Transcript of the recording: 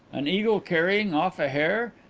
an eagle carrying off a hare,